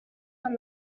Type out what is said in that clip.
from